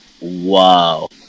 wow